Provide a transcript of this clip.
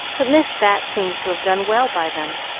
but miss bat seems to have done well by them.